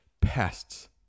pests